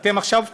עכשיו תגידו: